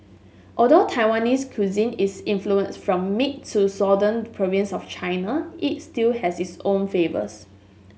although Taiwanese cuisine is influenced from mid to southern provinces of China it still has its own flavours